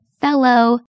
fellow